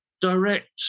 direct